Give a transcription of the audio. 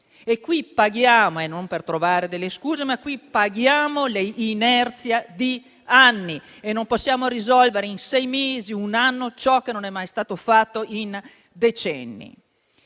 rieducazione. Non per trovare delle scuse, ma qui paghiamo l'inerzia di anni e non possiamo risolvere in sei mesi o un anno ciò che non è stato fatto in decenni.